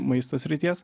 maisto srities